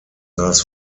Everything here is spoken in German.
saß